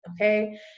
okay